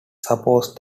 suppose